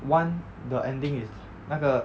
one the ending is 那个